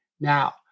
now